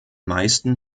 meisten